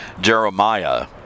Jeremiah